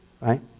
Right